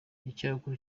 icyakora